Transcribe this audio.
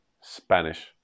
Spanish